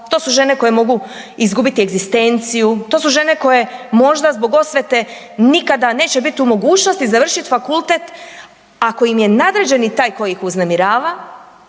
to su žene koje mogu izgubiti egzistenciju, to su žene koje možda, zbog osvete, nikada neće biti u mogućnosti završiti fakultet, ako im je nadređeni taj koji ih uznemirava,